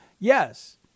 yes